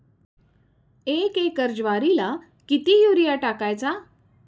एक एकर ज्वारीला किती युरिया टाकायचा?